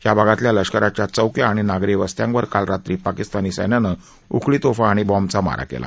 या भागातल्या लष्काराच्या चौक्या आणि नागरी वस्त्यांवर काल रात्री पाकिस्तानी सैन्यानं उखळी तोफा आणि बॉम्बचा मारा केला